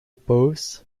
posts